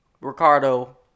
Ricardo